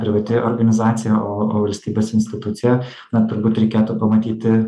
privati organizacija o o valstybės institucija na turbūt reikėtų pamatyti